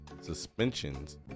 suspensions